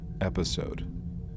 episode